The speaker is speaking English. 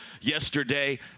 yesterday